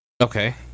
okay